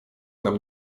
nam